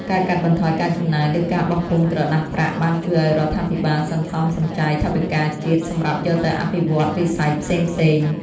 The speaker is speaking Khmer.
ការកាត់បន្ថយការចំណាយលើការបោះពុម្ពក្រដាសប្រាក់បានជួយឱ្យរដ្ឋាភិបាលសន្សំសំចៃថវិកាជាតិសម្រាប់យកទៅអភិវឌ្ឍវិស័យផ្សេងៗ។